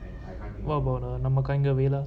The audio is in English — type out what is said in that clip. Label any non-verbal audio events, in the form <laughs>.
what about uh <laughs> வேலா:vela